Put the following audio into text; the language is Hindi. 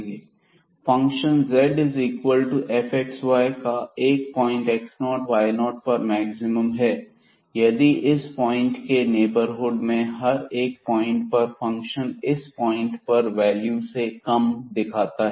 function z is equal to fxy का 1 पॉइंट x0 y0 पर मैक्सिमम है यदि इस पॉइंट के नेबरहुड के हर एक पॉइंट पर फंक्शन इस पॉइंट पर वैल्यू से कम वैल्यू दिखाता है